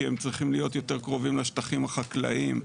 כי הם צריכים להיות יותר קרובים לשטחים החקלאיים.